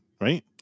right